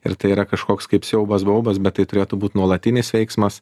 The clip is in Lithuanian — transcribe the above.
ir tai yra kažkoks kaip siaubas baubas bet tai turėtų būt nuolatinis veiksmas